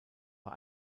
bei